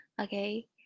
okay